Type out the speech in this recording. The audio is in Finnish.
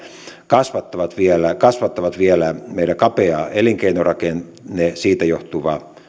kasvattavat vielä kasvattavat vielä meidän kapea elinkeinorakenteemme siitä johtuva